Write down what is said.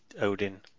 Odin